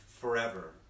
forever